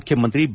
ಮುಖ್ಯಮಂತ್ರಿ ಬಿ